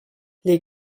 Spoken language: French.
les